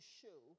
show